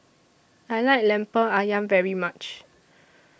I like Lemper Ayam very much